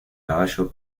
caballo